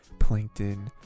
plankton